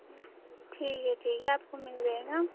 ठीक है ठीक है आपको मिल जाएगा